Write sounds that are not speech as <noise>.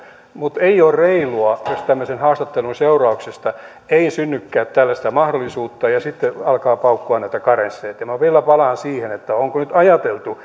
mutta ei ole reilua jos tämmöisen haastattelun seurauksesta ei synnykään tällaista mahdollisuutta ja sitten alkaa paukkua näitä karensseja minä vielä palaan siihen onko nyt ajateltu <unintelligible>